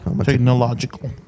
Technological